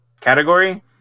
category